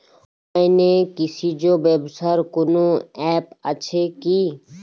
অনলাইনে কৃষিজ ব্যবসার কোন আ্যপ আছে কি?